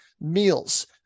meals